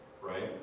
right